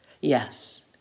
Yes